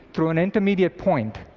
through an intermediate point.